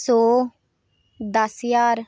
सौ दस्स ज्हार